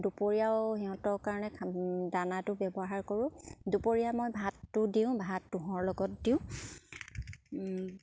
দুপৰীয়াও সিহঁতৰ কাৰণে দানাটো ব্যৱহাৰ কৰোঁ দুপৰীয়া মই ভাতটো দিওঁ ভাত তোঁহৰ লগত দিওঁ